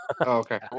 Okay